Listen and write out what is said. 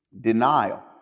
Denial